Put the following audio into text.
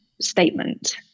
statement